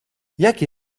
jakie